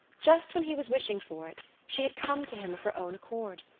just when he was wishing for it she had come to him of her own accord.